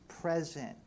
Present